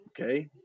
Okay